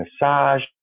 massage